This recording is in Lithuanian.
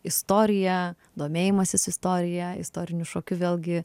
istorija domėjimasis istorija istorinių šokiu vėlgi